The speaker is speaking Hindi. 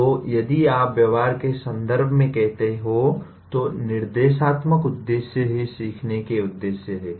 तो यदि आप व्यवहार के संदर्भ में कहते हो तो निर्देशात्मक उद्देश्य ही सीखने के उद्देश्य है